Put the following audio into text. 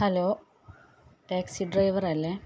hello taxi ഡ്രൈവറല്ലേ